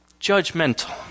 judgmental